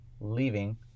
leaving